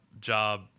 job